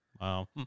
Wow